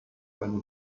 eine